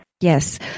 Yes